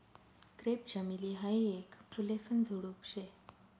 crepe चमेली हायी येक फुलेसन झुडुप शे